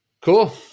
Cool